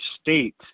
state